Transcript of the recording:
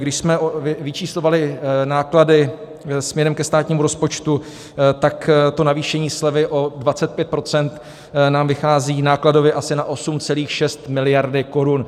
Když jsme vyčíslovali náklady směrem ke státnímu rozpočtu, tak to navýšení slevy o 25 % nám vychází nákladově asi na 8,6 mld. korun.